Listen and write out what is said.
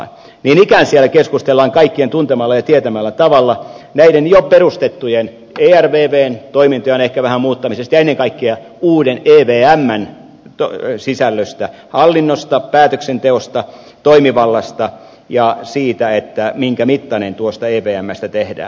niin ikään siellä keskustellaan kaikkien tuntemalla ja tietämällä tavalla näiden jo perustettujen ervvn toimintojen ehkä vähän muuttamisesta ja ennen kaikkea uuden evmn sisällöstä hallinnosta päätöksenteosta toimivallasta ja siitä minkä mittainen tuosta evmstä tehdään